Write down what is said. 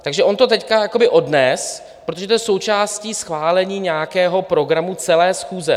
Takže on to teď jakoby odnesl, protože je to součástí schválení nějakého programu celé schůze.